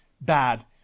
bad